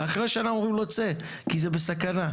אחרי שנה אומרים לו צא כי זה בסכנה.